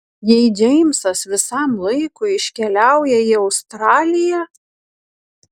jei džeimsas visam laikui iškeliauja į australiją